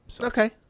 Okay